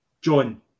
John